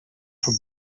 for